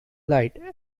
light